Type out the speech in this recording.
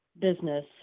business